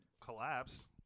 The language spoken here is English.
collapse